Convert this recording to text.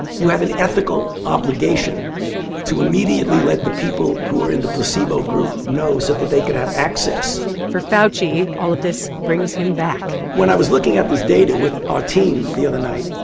you have an ethical obligation to immediately let the people who are in the placebo group know so that they could have access for fauci, all of this brings him back when i was looking at this data with our team the other night,